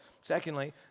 Secondly